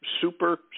super